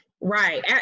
Right